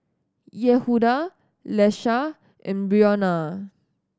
Yehuda Iesha and Breonna